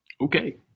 Okay